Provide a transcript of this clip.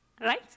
Right